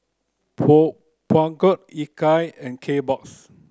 Peugeot Ikea and Kbox